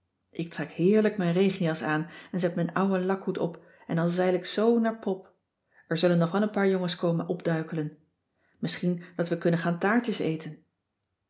ik trek heerlijk mijn regenjas aan en zet m'n ouwen lakhoed op en dan zeil ik zoo naar pop er zullen nog wel een paar jongens komen opduikelen misschien dat we kunnen gaan taartjes eten